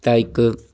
ਤਾਂ ਇੱਕ